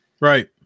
Right